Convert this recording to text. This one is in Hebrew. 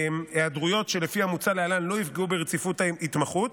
היעדרויות שלפי המוצע להלן לא יפגעו ברציפות ההתמחות,